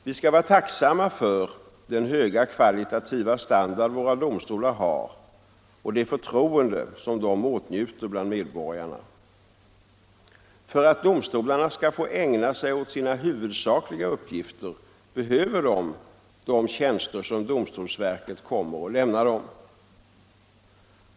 Vi skall vara tacksamma för den höga kvalitativa standard som våra domstolar har och det förtroende som de åtnjuter bland medborgarna. För att domstolarna skall få ägna sig åt sina huvudsakliga uppgifter behöver de de tjänster som domstolsverket kommer att lämna dem.